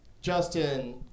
Justin